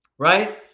right